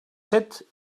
set